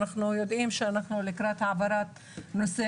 אנחנו יודעים שאנחנו לקראת העברת נושא